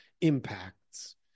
impacts